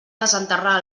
desenterrar